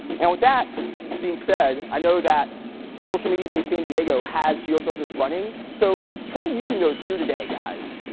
and with that being said, i know that social media day san diego has geo filters running. so try using those here today, guys,